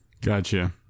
Gotcha